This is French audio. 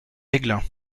aiglun